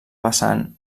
vessant